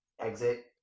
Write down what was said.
exit